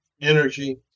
energy